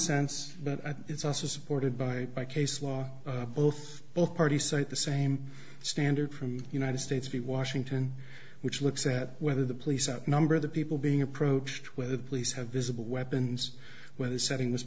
think it's also supported by by case law both both parties cite the same standard from united states v washington which looks at whether the police outnumber the people being approached whether the police have visible weapons whether setting this